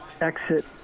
exit